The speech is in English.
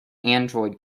android